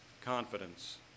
confidence